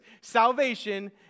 Salvation